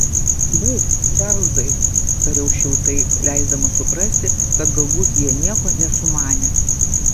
baik čarlzai tariau šiltai leisdamas suprasti kad galbūt jie nieko nesumanė